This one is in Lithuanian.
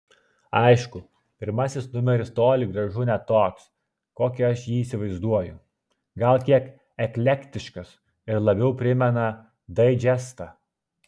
aišku pirmasis numeris toli gražu ne toks kokį aš jį įsivaizduoju gal kiek eklektiškas ir labiau primena daidžestą